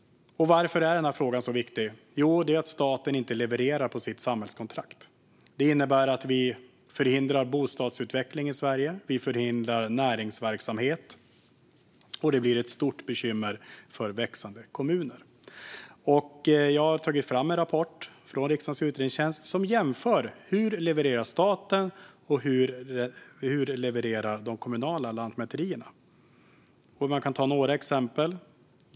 Varför är då denna fråga så viktig? Jo, därför att staten inte levererar på sitt samhällskontrakt. Det innebär att vi förhindrar bostadsutveckling och näringsverksamhet i Sverige, och det blir ett stort bekymmer för växande kommuner. Jag har låtit ta fram en rapport från riksdagens utredningstjänst som jämför hur staten och de kommunala lantmäterierna levererar. Vi kan ta några exempel.